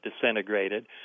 disintegrated